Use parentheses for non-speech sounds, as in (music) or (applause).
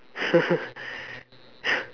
(laughs)